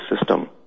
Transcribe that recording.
system